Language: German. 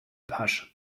pasch